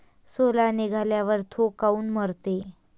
सोला निघाल्यावर थो काऊन मरते?